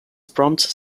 prompts